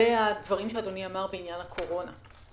לגבי הדברים שאדוני אמר בעניין הקורונה,